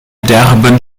derben